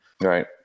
Right